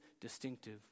distinctive